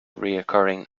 recurring